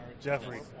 Jeffrey